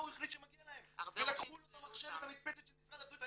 הוא החליט שמגיע להם ולקחו לו את המחשב ואת המדפסת של משרד הבריאות.